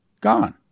Gone